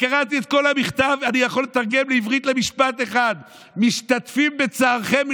קראתי את כל המכתב ואני יכול לתרגם לעברית במשפט אחד: משתתפים בצערכם.